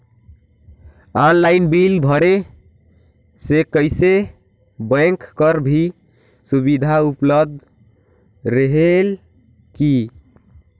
Online bill भरे से कइसे बैंक कर भी सुविधा उपलब्ध रेहेल की?